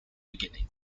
beginning